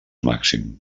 màxim